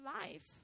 life